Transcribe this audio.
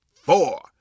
four